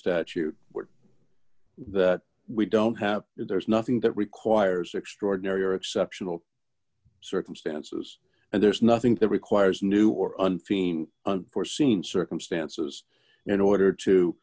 statute that we don't have there's nothing that requires extraordinary or exceptional circumstances and there's nothing that requires a new or an unforeseen circumstances in order to